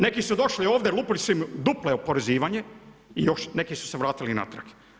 Neki su došli ovdje, lupili su im duplo oporezivanje i još neki su se vratili natrag.